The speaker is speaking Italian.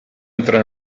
entra